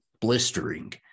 blistering